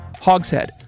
Hogshead